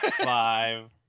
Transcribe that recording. five